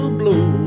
blow